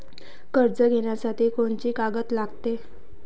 कर्ज घ्यासाठी कोनची कागद लागते?